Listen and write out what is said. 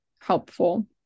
helpful